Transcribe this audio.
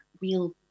real